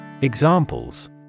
Examples